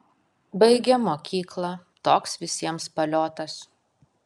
baigėm mokyklą toks visiems paliotas